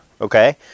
Okay